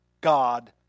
God